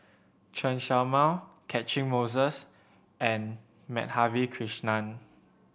Chen Show Mao Catchick Moses and Madhavi Krishnan